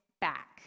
back